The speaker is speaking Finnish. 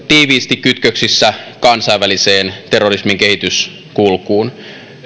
tiiviisti kytköksissä kansainväliseen terrorismin kehityskulkuun